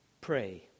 Pray